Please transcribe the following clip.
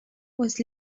was